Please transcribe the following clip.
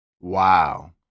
Wow